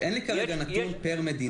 אין לי כרגע נתון פר מדינה.